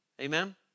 Amen